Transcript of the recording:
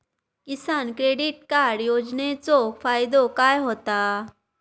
किसान credit card योजनेचो फायदो काय होता?